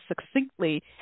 succinctly